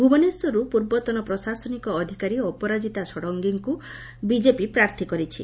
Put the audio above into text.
ଭୁବନେଶ୍ୱରରୁ ପୂର୍ବତନ ପ୍ରଶାସନିକ ଅଧିକାରୀ ଅପରାଜିତା ଷଡ଼ଙ୍ଗୀଙ୍କ ବିଜେପି ପ୍ରାର୍ଥୀ କରିଛି